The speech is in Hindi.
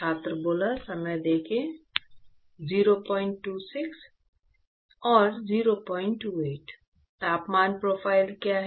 तापमान प्रोफ़ाइल क्या है